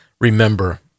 remember